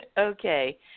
Okay